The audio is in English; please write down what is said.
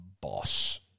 Boss